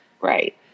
Right